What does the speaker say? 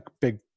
big